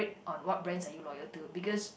on what brands are you loyal to because